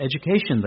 education